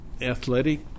Athletic